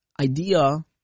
idea